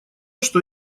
что